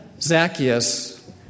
Zacchaeus